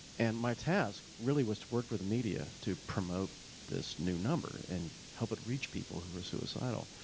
and my task really was to work with media to promote this new number and help it reach people who are suicidal.